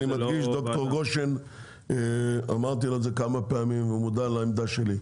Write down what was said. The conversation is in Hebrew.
ד"ר גושן אמרתי לו את זה כמה פעמים והוא מודע לעמדה שלי,